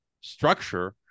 structure